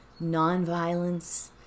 nonviolence